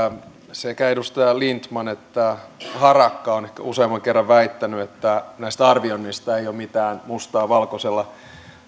sekä edustajat lindtman että harakka ovat ehkä useamman kerran väittäneet että näistä arvioinneista ei ole mitään mustaa valkoisella